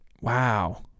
Wow